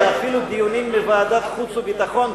אלא אפילו דיונים בוועדת חוץ וביטחון,